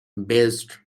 based